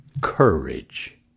courage